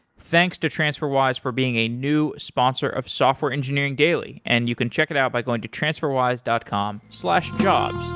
thanks to transferwise for being a new sponsor of software engineering daily, and you can check it out by going to transferwise dot com jobs